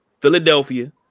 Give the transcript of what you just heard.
Philadelphia